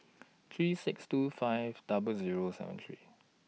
three six two five double Zero seven three